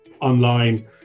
online